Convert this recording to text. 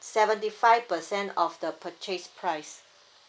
seventy five percent of the purchase price